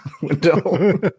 window